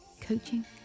Coaching